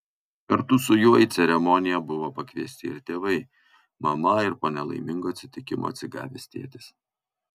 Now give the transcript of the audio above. kartu su juo į ceremoniją buvo pakviesti ir tėvai mama ir po nelaimingo atsitikimo atsigavęs tėtis